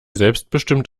selbstbestimmt